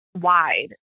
wide